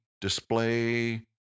display